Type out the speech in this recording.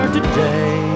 Today